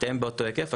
שתיהן באותו היקף.